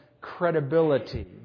credibility